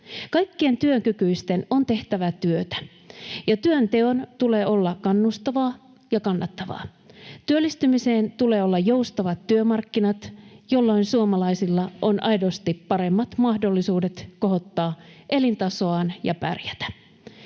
Kaikkien työkykyisten on tehtävä työtä, ja työnteon tulee olla kannustavaa ja kannattavaa. Työllistymiseen tulee olla joustavat työmarkkinat, jolloin suomalaisilla on aidosti paremmat mahdollisuudet kohottaa elintasoaan ja pärjätä.